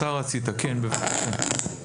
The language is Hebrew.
אתה רצית, כן בבקשה.